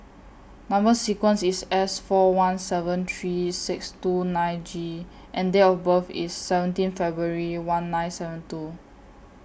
Number sequence IS S four one seven three six two nine G and Date of birth IS seventeen February one nine seven two